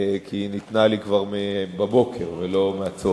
כי היא ניתנה לי בבוקר ולא בצהריים,